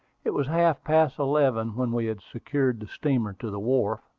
it was half-past eleven when we had secured the steamer to the wharf.